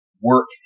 work